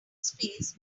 space